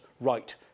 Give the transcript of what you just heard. right